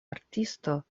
artisto